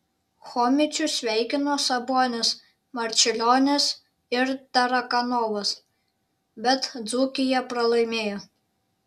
chomičių sveikino sabonis marčiulionis ir tarakanovas bet dzūkija pralaimėjo